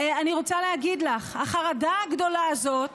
אני רוצה להגיד לך: החרדה הגדולה הזאת